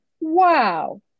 wow